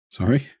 Sorry